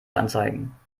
anzeigen